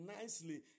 Nicely